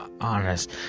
honest